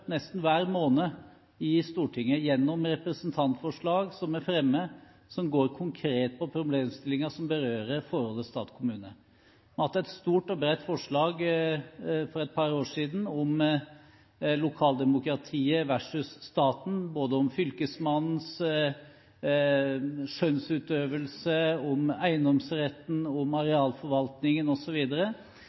nesten hver måned i Stortinget gjennom å fremme representantforslag som går konkret på problemstillinger som berører forholdet mellom stat og kommune. Vi hadde et bredt forslag for et par år siden om lokaldemokratiet versus staten – både om Fylkesmannens skjønnsutøvelse, om eiendomsretten, om arealforvaltningen